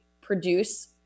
produce